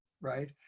right